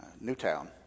Newtown